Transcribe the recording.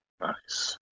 Nice